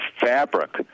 fabric